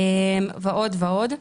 ועוד ועוד.